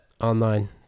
online